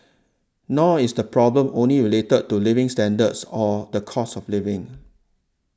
nor is the problem only related to living standards or the cost of living